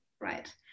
right